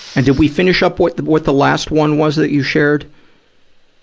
and did we finish up what, what the last one was that you shared?